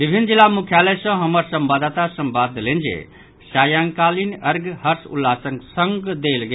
विभिन्न जिला मुख्यालय सँ हमर संवाददाता संवाद देलनि जे सायंकालिन अर्ध्य हर्ष उल्लासक संग देल गेल